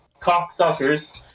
cocksuckers